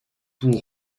pour